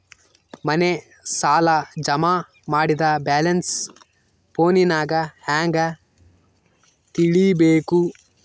ಮನೆ ಸಾಲ ಜಮಾ ಮಾಡಿದ ಬ್ಯಾಲೆನ್ಸ್ ಫೋನಿನಾಗ ಹೆಂಗ ತಿಳೇಬೇಕು?